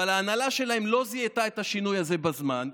אבל ההנהלה שלהן לא זיהתה את השינוי הזה בזמן,